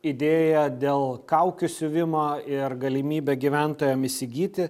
idėja dėl kaukių siuvimo ir galimybė gyventojam įsigyti